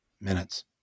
minutes